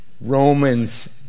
Romans